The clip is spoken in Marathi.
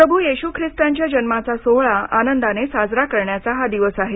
प्रभू येशू ख़िस्तांच्या जन्माचा सोहळा आनंदाने साजरा करण्याचा हा दिवस आहे